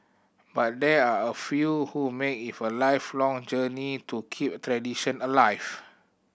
but there are a few who make it for lifelong journey to keep tradition alive